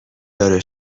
داره